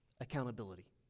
accountability